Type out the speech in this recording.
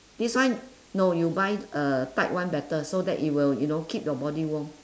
this one no you buy uh tight one better so that it will you know keep your body warm